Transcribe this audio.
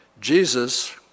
Jesus